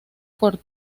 por